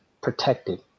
protected